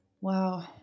Wow